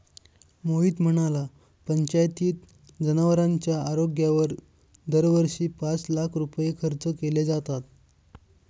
मोहित म्हणाला, पंचायतीत जनावरांच्या आरोग्यावर दरवर्षी पाच लाख रुपये खर्च केले जातात